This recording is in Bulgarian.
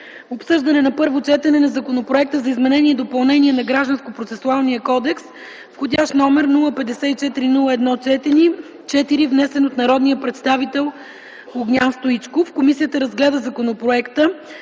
обсъждане на първо четене на Законопроект за изменение и допълнение на Гражданскопроцесуалния кодекс, вх. № 054-01-4, внесен от народния представител Огнян Стоичков Комисията разгледа законопроекта